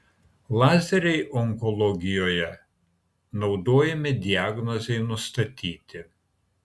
lazeriai onkologijoje naudojami diagnozei nustatyti